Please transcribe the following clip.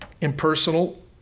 impersonal